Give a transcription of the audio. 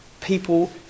people